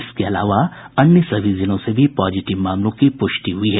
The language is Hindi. इसके अलावा अन्य सभी जिलों से भी पॉजिटिव मामलों की पुष्टि हुई है